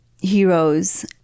heroes